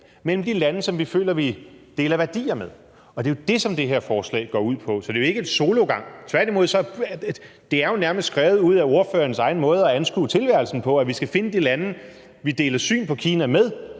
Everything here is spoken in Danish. mellem de lande, vi føler vi deler værdier med, og det er jo det, som det her forslag går ud på. Så det er jo ikke en sologang, tværtimod. Det er jo nærmest skrevet ud af ordførerens egen måde at anskue tilværelsen på: at vi skal finde de lande, vi deler syn på Kina med,